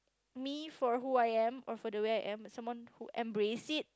me for who I am or for the way I am someone who embrace it